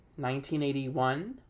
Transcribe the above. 1981